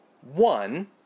one